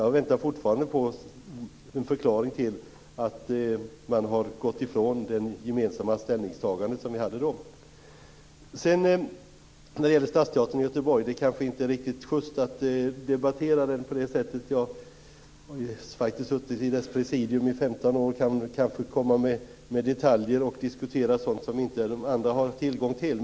Jag väntar fortfarande på en förklaring till att man har gått ifrån det gemensamma ställningstagande som vi gjorde då. När det gäller stadsteatern i Göteborg är det kanske inte riktigt sjyst att debattera på det här sättet. Jag har faktiskt suttit i dess presidium i 15 år. Jag kan kanske komma med detaljer om och diskutera sådant som andra inte har tillgång till.